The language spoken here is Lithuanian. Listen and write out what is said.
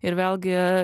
ir vėlgi